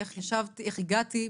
איך הגעתי,